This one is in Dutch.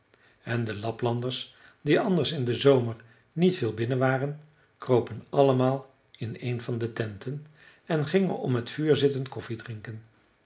en de laplanders die anders in den zomer niet veel binnen waren kropen allemaal in een van de tenten en gingen om het vuur zitten